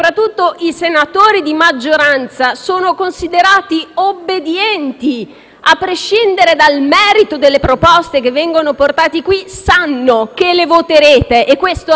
A prescindere dal merito delle proposte che vengono portate qui, sanno che le voterete e questo è gravissimo, a prescindere dal numero in cui siete qui: